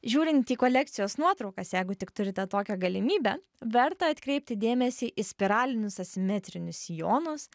žiūrint į kolekcijos nuotraukas jeigu tik turite tokią galimybę verta atkreipti dėmesį į spiralinius asimetrinius sijonus